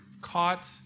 caught